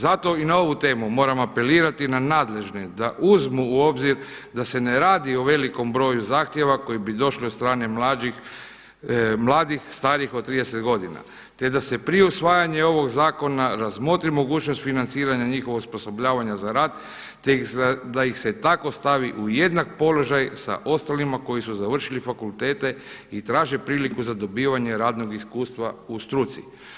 Zato i na ovu temu moram apelirati na nadležne da uzmu u obzir da se ne radi o velikom broju zahtjeva koji bi došli od strane mladih starijih od 30 godina, te da se prije usvajanja ovog zakona razmotri mogućnost financiranja njihovog osposobljavanja za rad te da ih se tako stavi u jednak položaj sa ostalima koji su završili fakultete i traže priliku za dobivanje radnog iskustva u struci.